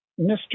Mr